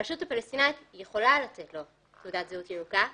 הרשות הפלסטינית יכולה לתת לו תעודת זהות ירוקה.